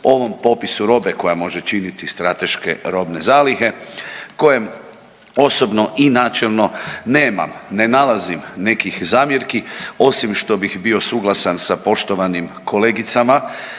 ovom popisu robe koja može činiti strateške robne zalihe kojem osobno i načelno nemam ne nalazim nekih zamjerki osim što bih bio suglasan sa poštovanim kolegicama,